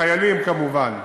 חיילים כמובן,